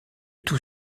tout